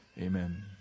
Amen